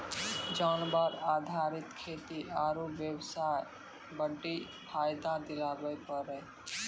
जानवर आधारित खेती आरू बेबसाय बड्डी फायदा दिलाबै पारै